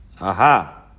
Aha